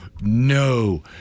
no